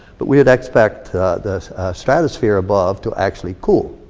but we'd expect the stratophere above, to actually cool.